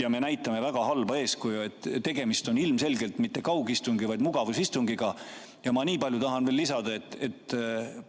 ja me näitame väga halba eeskuju. Tegemist on ilmselgelt mitte kaugistungi, vaid mugavusistungiga. Ma nii palju tahan veel lisada, et